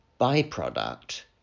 byproduct